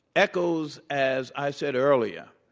echoes as i said earlier